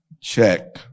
Check